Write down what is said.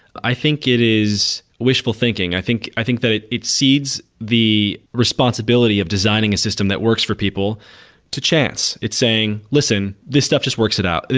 i think it is wishful thinking. i think i think that it it seeds the responsibility of designing a system that works for people to chance it saying, listen, this stuff just works it out.